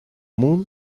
moon